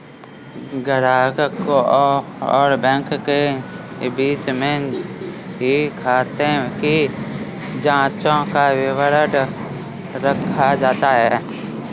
ग्राहक और बैंक के बीच में ही खाते की जांचों का विवरण रखा जाता है